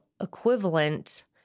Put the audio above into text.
equivalent